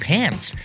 Pants